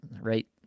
right